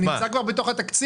זה נמצא כבר בתוך התקציב.